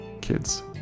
kids